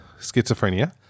schizophrenia